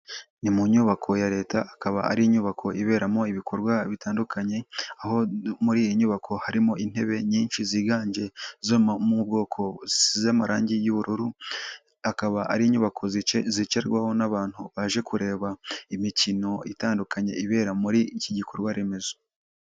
Ni mu nyubako ya leta akaba ari inyubako iberamo ibikorwa bitandukanye aho muri iyi nyubako harimo intebe nyinshi ziganje izo mu bwoko z'amarangi y'ubururu akaba ari inyubako zicarwaho n'abantu baje kureba imikino itandukanye ibera muri iki gikorwa remezo.